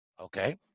Okay